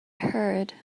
heard